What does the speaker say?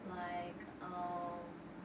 like um